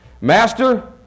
Master